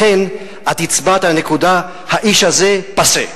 לכן, את הצבעת על נקודה: האיש הזה פאסה.